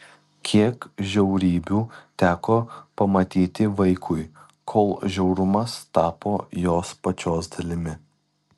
kiek žiaurybių teko pamatyti vaikui kol žiaurumas tapo jos pačios dalimi